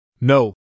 No